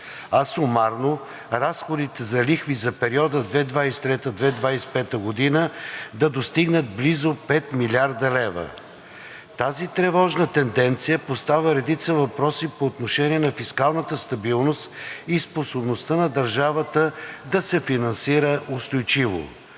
а сумарно разходите за лихви за периода 2023 – 2025 г. да достигнат близо 5 млрд. лв. Тази тревожна тенденция поставя редица въпроси по отношение на фискалната стабилност и способността на държавата да се финансира устойчиво.